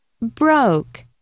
Broke